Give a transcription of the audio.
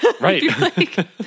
Right